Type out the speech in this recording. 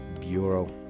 Bureau